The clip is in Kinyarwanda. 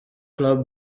club